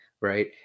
right